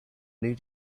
new